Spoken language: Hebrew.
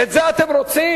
את זה אתם רוצים?